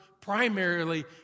primarily